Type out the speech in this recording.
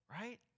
right